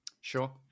Sure